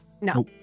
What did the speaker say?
No